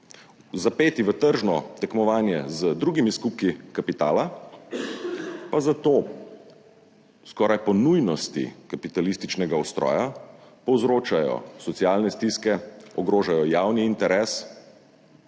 Zapeti v tržno tekmovanje z drugimi skupki kapitala pa, zato skoraj po nujnosti kapitalističnega ustroja povzročajo socialne stiske, ogrožajo javni interes,